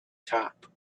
top